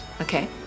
okay